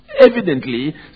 Evidently